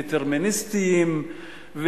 דטרמיניסטיים,